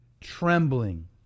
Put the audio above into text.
trembling